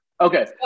Okay